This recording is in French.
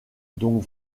donc